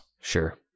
Sure